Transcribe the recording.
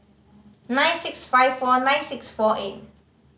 nine six five four nine six four eight